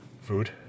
Food